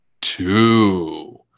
two